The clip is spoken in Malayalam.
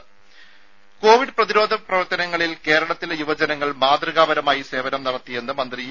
രുഭ കോവിഡ് പ്രതിരോധ പ്രവർത്തനങ്ങളിൽ കേരളത്തിലെ യുവജനങ്ങൾ മാതൃകാപരമായി സേവനം നടത്തിയെന്ന് മന്ത്രി ഇ